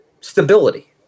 stability